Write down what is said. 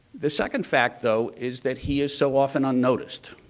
the second fact though is that he is so often unnoticed.